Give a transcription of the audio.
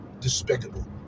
despicable